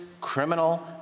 criminal